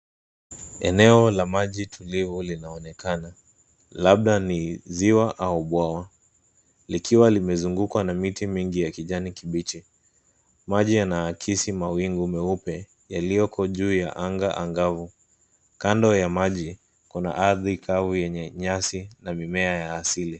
Eneo la maji tulivu linaonekana labda ni ziwa au bwawa likiwa limezungukwa na miti mingi ya kijani kibichi. Maji yanaakisi mawingu meupe yaliyoko juu ya anga angavu. Kando ya maji kuna ardhi kavu yenye nyasi na mimea ya asili.